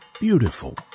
beautiful